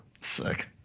Sick